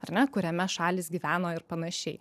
ar ne kuriame šalys gyveno ir panašiai